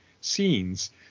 scenes